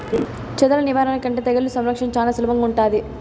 చెదల నివారణ కంటే తెగుళ్ల సంరక్షణ చానా సులభంగా ఉంటాది